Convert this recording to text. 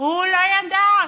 הוא לא ידע,